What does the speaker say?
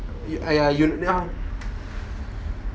!aiya! you you no~